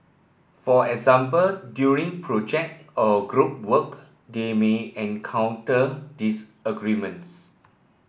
for example during project or group work they may encounter disagreements